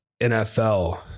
NFL